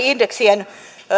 indeksien